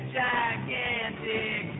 gigantic